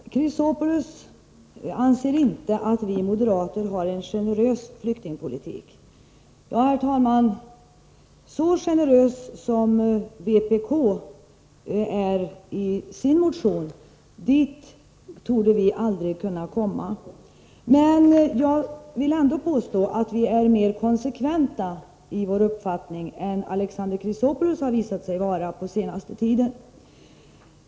Herr talman! Alexander Chrisopoulos anser inte att vi moderater har en generös flyktingpolitik. Så långt i generositet som vpk går i sin motion torde vi aldrig kunna komma, men jag vill ändå påstå att vi är mer konsekventa i vår uppfattning än Alexander Chrisopoulos har visat sig vara på senaste tiden.